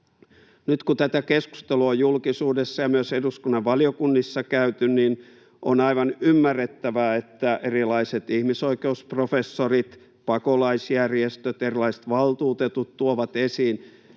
Nyt kun tätä keskustelua on julkisuudessa ja myös eduskunnan valiokunnissa käyty, niin on aivan ymmärrettävää, että erilaiset ihmisoikeusprofessorit, pakolaisjärjestöt, erilaiset valtuutetut tuovat esiin